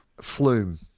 Flume